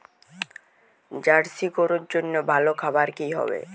Jersey গরুর জন্য ভালো খাবার কি হবে?